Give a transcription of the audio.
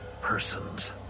person's